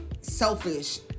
selfish